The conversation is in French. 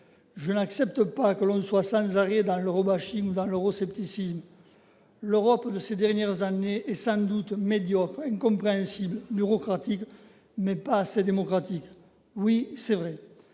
Je n'accepte pas que l'on verse sans arrêt dans l'ou dans l'euroscepticisme. L'Europe de ces dernières années est sans doute médiocre, incompréhensible, bureaucratique et pas assez démocratique. Oui, c'est vrai.